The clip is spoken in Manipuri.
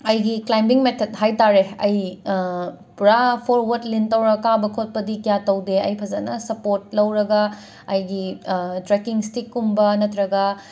ꯑꯩꯒꯤ ꯀ꯭ꯂꯥꯏꯝꯕꯤꯡ ꯃꯦꯊꯗ ꯍꯥꯏꯇꯥꯔꯦ ꯑꯩ ꯄꯨꯔꯥ ꯐꯣꯔꯋꯥꯔꯗ ꯂꯤꯟ ꯇꯧꯔꯒ ꯀꯥꯕ ꯈꯣꯠꯄꯗꯤ ꯀꯌꯥ ꯇꯧꯗꯦ ꯑꯩ ꯐꯖꯅ ꯁꯞꯄꯣꯠ ꯂꯧꯔꯒ ꯑꯩꯒꯤ ꯇ꯭ꯔꯦꯛꯀꯤꯡ ꯁ꯭ꯇꯤꯛꯀꯨꯝꯕ ꯅꯠꯇ꯭ꯔꯒ